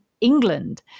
England